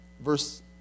Verse